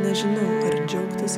nežinau džiaugtis